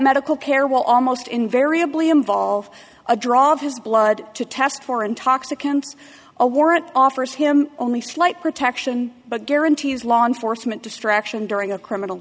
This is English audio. medical care will almost invariably involve a drop of his blood to test for intoxicants a warrant offers him only slight protection but guarantees law enforcement distraction during a criminal